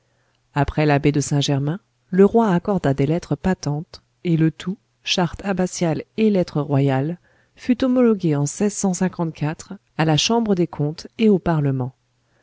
après l'abbé de saint-germain le roi accorda des lettres patentes et le tout charte abbatiale et lettres royales fut homologué en à la chambre des comptes et au parlement